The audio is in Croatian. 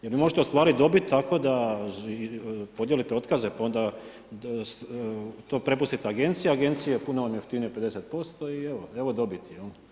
Jer vi možete ostvariti dobit tako da podijelite otkaze, pa onda to prepustite agenciji, agencije ponude jeftinije 50% i evo, evo dobiti.